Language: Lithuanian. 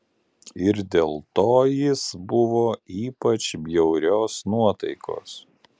ir dėl to jis buvo ypač bjaurios nuotaikos